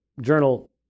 journal